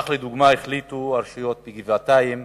כך, לדוגמה, החליטו הרשויות בגבעתיים,